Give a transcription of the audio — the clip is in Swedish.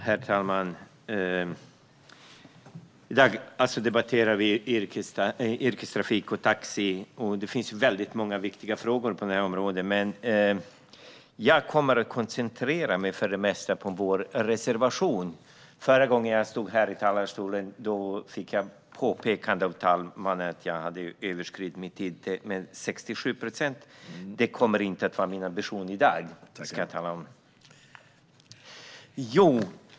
Herr talman! I dag debatterar vi yrkestrafik och taxi. Det finns väldigt många viktiga frågor på det området, men jag kommer mest att koncentrera mig på vår reservation. Förra gången jag stod här i talarstolen fick jag ett påpekande av talmannen att jag hade överskridit min tid med 67 procent. Det kommer inte att vara min ambition i dag.